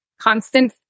constant